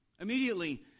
Immediately